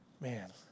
man